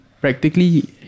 Practically